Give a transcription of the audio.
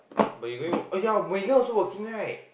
but you going oh ya Mui-Hui also working right